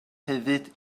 hefyd